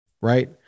Right